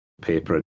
paper